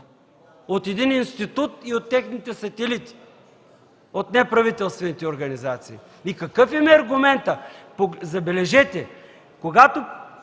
от един институт и от техните сателити, от неправителствените организации. И какъв им е аргументът? Забележете,